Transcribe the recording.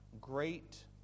great